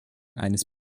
eines